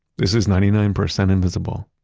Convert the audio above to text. this is ninety nine percent invisible.